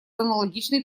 аналогичной